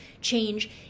change